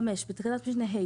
בתקנת משנה (ה),